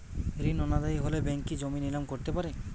ঋণ অনাদায়ি হলে ব্যাঙ্ক কি জমি নিলাম করতে পারে?